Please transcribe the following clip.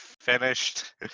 finished